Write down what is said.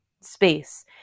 space